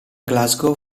glasgow